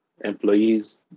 employees